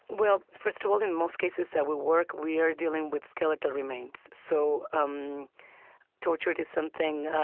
well, first of all, in most cases that we work, we are dealing with skeletal remains. so um torture is something